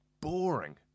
boring